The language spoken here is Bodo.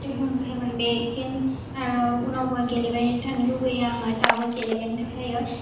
देरहानोबो हायोमोन बे गेम आरो उनावबो गेलेबाय थानो लुगैयो आङो दाबो गेलेबायनो थाखायो